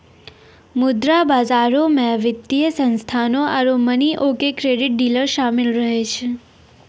मुद्रा बजारो मे वित्तीय संस्थानो आरु मनी आकि क्रेडिट डीलर शामिल रहै छै